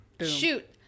shoot